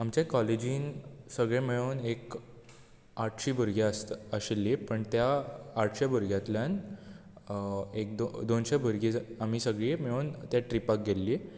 आमच्या काॅलेजीन सगळे मेळून एक आठशीं भुरगीं आसता आशिल्लीं आनी त्या आठशे भुरग्यातल्यान एक दो दोनशे भुरगीं आमी सगळीं मेळून त्या ट्रिपाक गेल्लीं